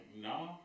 nah